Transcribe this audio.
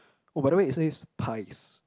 oh by the way it says pies